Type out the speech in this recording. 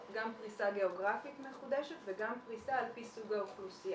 גם פריסה גיאוגרפית מחודשת וגם פריסה על פי סוג האוכלוסייה.